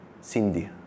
Cindy